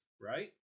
right